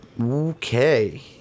okay